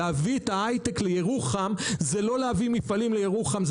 להביא את היי-טק לירוחם זה לא להביא מפעלים לירוחם,